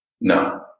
No